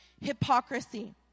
hypocrisy